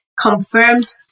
confirmed